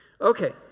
Okay